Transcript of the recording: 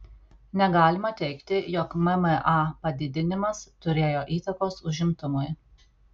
negalima teigti jog mma padidinimas turėjo įtakos užimtumui